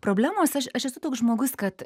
problemos aš aš esu toks žmogus kad